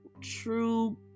true